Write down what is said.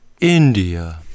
India